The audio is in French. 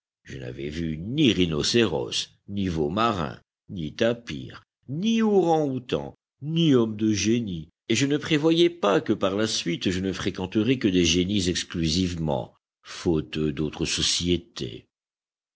je n'avais vu ni rhinocéros ni veau marin ni tapir ni orang-outang ni homme de génie et je ne prévoyais pas que par la suite je ne fréquenterais que des génies exclusivement faute d'autre société